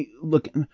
look